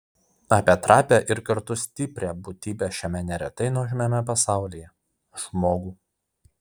apie trapią ir kartu stiprią būtybę šiame neretai nuožmiame pasaulyje žmogų